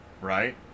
right